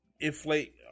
inflate